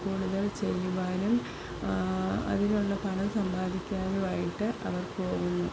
കൂടുതൽ ചെയ്യുവാനും അതിനുള്ള പണം സമ്പാദിക്കാനുമായിട്ട് അവർ പോകുന്നു